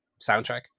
soundtrack